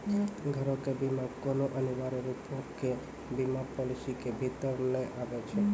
घरो के बीमा कोनो अनिवार्य रुपो के बीमा पालिसी के भीतर नै आबै छै